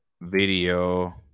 video